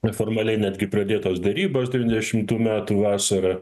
neformaliai netgi pradėtos derybos devyniasdešimtų metų vasarą